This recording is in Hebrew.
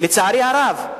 לצערי רב,